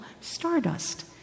stardust